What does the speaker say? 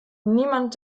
niemand